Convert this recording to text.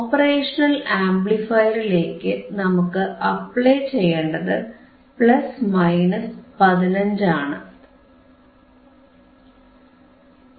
operational ആംപ്ലിഫയറിലേക്ക് നമുക്ക് apply ചെയ്യേണ്ടത് പ്ലസ് മൈനസ് 15 ആണ്